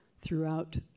throughout